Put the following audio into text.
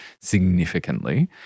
significantly